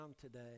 today